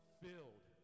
filled